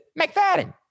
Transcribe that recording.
McFadden